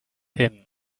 him